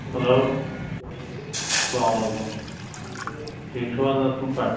hello سَلام وعلیکُم ٹھیٖک چھُو اَصٕل پٲٹھۍ